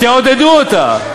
תעודדו אותה.